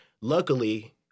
luckily